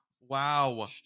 Wow